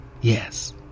yes